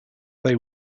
they